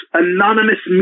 anonymous